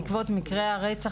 בעקבות מקרי הרצח,